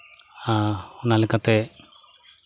ᱟᱨ ᱚᱱᱟ ᱞᱮᱠᱟᱛᱮ